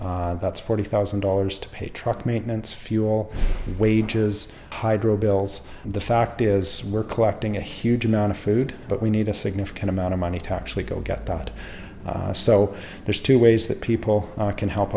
that's forty thousand dollars to pay truck maintenance fuel wages hydro bills the fact is we're collecting a huge amount of food but we need a significant amount of money tax we go get it out so there's two ways that people can help